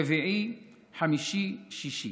רביעי, חמישי, שישי,